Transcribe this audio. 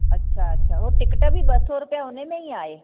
अच्छा अच्छा उहो टिकट बि ॿ सौ रुपिया हुनमें ई आहे